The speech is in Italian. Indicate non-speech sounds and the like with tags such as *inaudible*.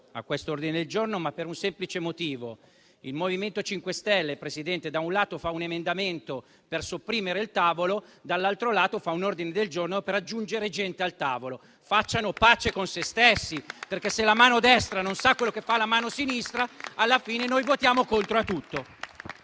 contro l'ordine del giorno G10-*quater*.300, per un semplice motivo: il MoVimento 5 Stelle, Presidente, da un lato presenta un emendamento per sopprimere il tavolo, dall'altro lato presenta un ordine del giorno per aggiungere gente al tavolo. Facciano pace con se stessi. *applause* Se la mano destra non sa cosa fa la mano sinistra, alla fine noi votiamo contro tutto.